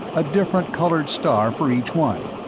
a different colored star for each one.